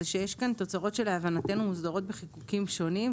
זה שיש כאן סוגי תוצרת שמוסדרים בחיקוקים שונים,